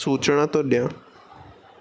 सुचणा जो ॾिया